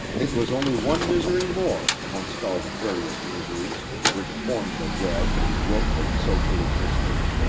it was only one misery more amongst all the various miseries which form the web and woof of social existence.